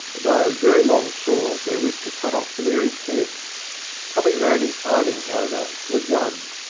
to buy a very long sword wherewith to cut off the learys' heads tommy rann inclining, however, to a gun,